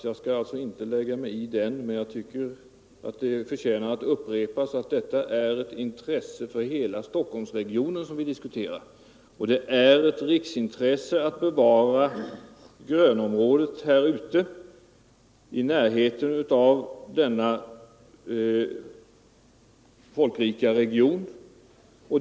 Jag vill inte lägga mig i den, men jag tycker att det förtjänar att upprepas att det är både ett intresse för hela Stockholmsregionen och ett riksintresse att bevara grönområdet i denna folkrika del av regionen.